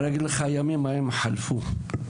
אבל יום-יומיים חלפו.